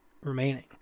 remaining